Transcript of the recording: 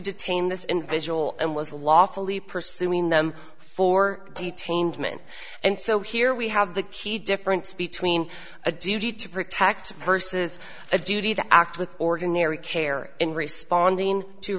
detain this individual and was lawfully pursuing them for detained mn and so here we have the key difference between a duty to protect versus a duty to act with organ nearly care in responding to